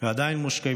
ועדיין מושקעים,